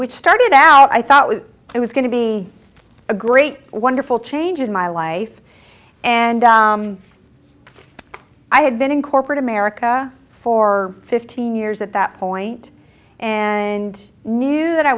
which started out i thought was it was going to be a great wonderful change in my life and i had been in corporate america for fifteen years at that point and knew that i